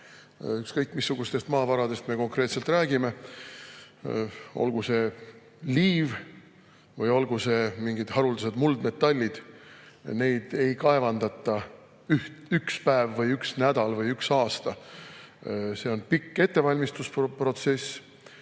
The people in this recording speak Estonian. Ükskõik missugustest maavaradest me räägime, olgu see liiv või olgu need mingid haruldased muldmetallid – neid ei kaevandata üks päev, üks nädal ega üks aasta. See on pikk ettevalmistamise protsess,